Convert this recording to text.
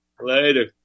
Later